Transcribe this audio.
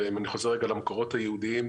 אם אני חוזר למקורות היהודיים,